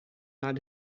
naar